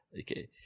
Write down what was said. Okay